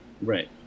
Right